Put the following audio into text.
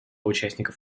участников